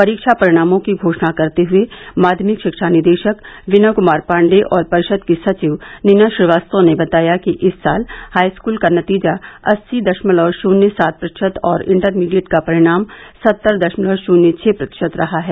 परीक्षा परिणामों की घोषणा करते हुए माध्यमिक शिक्षा निदेशक विनय कुमार पाण्डेय और परिषद की सचिव नीना श्रीवास्तव ने बताया कि इस साल हाईस्कूल का नतीजा अस्सी दशमलव शून्य सात प्रतिशत और इंटरमीडिएट का परिणाम सत्तर दशमलव शून्य छह प्रतिशत रहा है